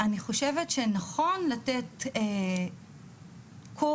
אני חושבת שנכון לתת קורס,